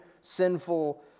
sinful